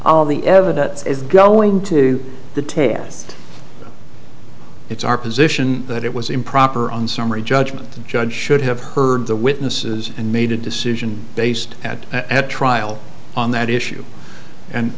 all the evidence is going to the tails it's our position that it was improper on summary judgment the judge should have heard the witnesses and made a decision based at at trial on that issue and